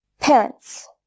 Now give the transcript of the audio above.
Parents